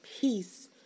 peace